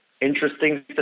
interesting